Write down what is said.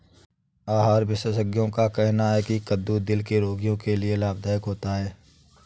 आहार विशेषज्ञों का कहना है की कद्दू दिल के रोगियों के लिए लाभदायक होता है